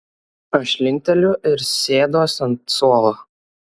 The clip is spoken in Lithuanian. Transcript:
aš linkteliu ir sėduos ant suolo